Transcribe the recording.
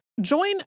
Join